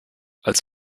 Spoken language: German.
als